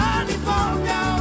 California